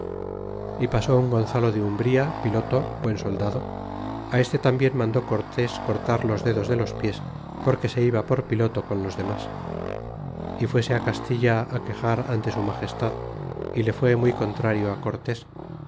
y pasó un gonzalo de umbría piloto muy buen soldado este tambien mandó cortés cortar los dedos de los pies porque se iba por piloto con los demas y fuese ti castilla á quexar ante su magestad y le fué muy contrario á cortés